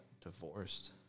divorced